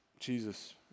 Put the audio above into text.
Jesus